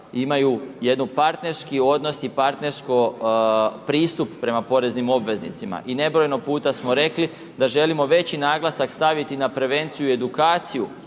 imaju jedan partnerski odnos i partnerski pristup prema poreznim obveznicima. I nebrojeno puta smo rekli da želimo veći naglasak staviti na prevenciju i edukaciju